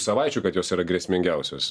savaičių kad jos yra grėsmingiausios